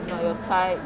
not your type